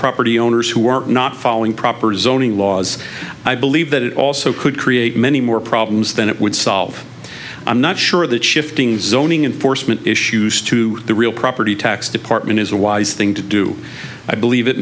property owners who were not following proper zoning laws i believe that it also could create many more problems than it would solve i'm not sure that shifting zoning in foresman issues to the real property tax department is a wise thing to do i believe it